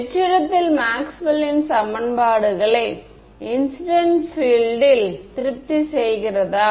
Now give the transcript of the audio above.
வெற்றிடத்தில் மேக்ஸ்வெல்லின் சமன்பாடுகளை இன்சிடென்ட் பீஎல்ட் திருப்தி செய்கிறதா